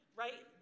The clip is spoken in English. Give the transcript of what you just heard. right